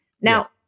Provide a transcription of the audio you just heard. Now